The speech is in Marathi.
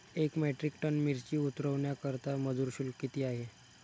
एक मेट्रिक टन मिरची उतरवण्याकरता मजुर शुल्क किती आहे?